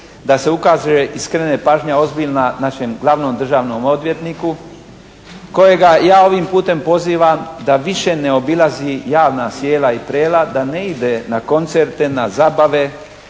da se ukazuje iskrena i pažnja ozbiljna našem glavnom državnom odvjetniku kojega ja ovim putem pozivam da više ne obilazi javna sijela i prela, da ne ide na koncerte, na zabave,